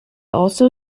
also